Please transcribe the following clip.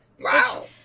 Wow